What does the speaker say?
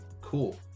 cool